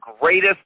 greatest